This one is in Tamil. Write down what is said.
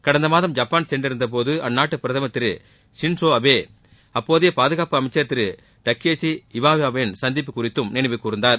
கடந்த மாதம் ஜப்பான் சென்றிருந்தபோது அந்நாட்டு பிரதமர் திரு ஜின் ஷோ அபே அப்போதைய பாதுகாப்புத்துறை அமைச்சர் திரு டக்கேஸி இவாயா வை சந்திப்பு குறித்து நினைவு கூர்ந்தார்